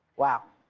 wow.